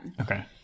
Okay